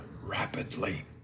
rapidly